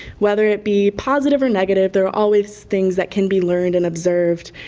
whether it be positive or negative, there are always things that can be learned and observed.